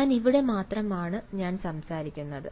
ഞാൻ ഇവിടെ മാത്രമാണ് ഞാൻ സംസാരിക്കുന്നത്